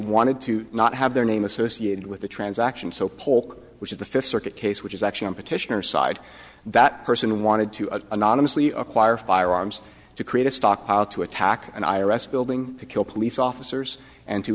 wanted to not have their name associated with the transaction so polk which is the fifth circuit case which is actually an petitioner side that person wanted to a anonymously acquire firearms to create a stockpile to attack an i r s building to kill police officers and to